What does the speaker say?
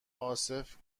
عاصف